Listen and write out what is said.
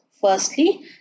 Firstly